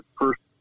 first